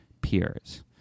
peers